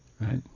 Right